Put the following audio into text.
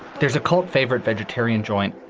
there's a cult favorite vegetarian joint,